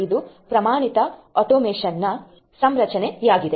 ಇದು ಪ್ರಮಾಣಿತ ಆಟೋಮೇಷನ್ನ ಸಂರಚನೆಯಾಗಿದೆ